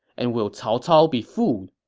and will cao cao be fooled?